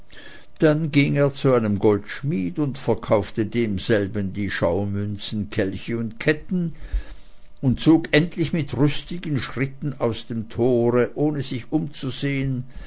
dann ging er zu einem goldschmied und verkaufte demselben die schaumünzen kelche und ketten und zog endlich mit rüstigen schritten aus dem tore ohne sich umzusehen